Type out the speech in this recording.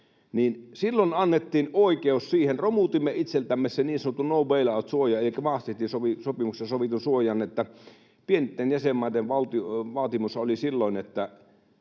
Silloin annettiin oikeus siihen. Romutimme itseltämme sen niin sanotun no bail-out ‑suojan elikkä Maastrichtin sopimuksessa sovitun suojan. Pienten jäsenmaiden vaatimushan oli silloin, että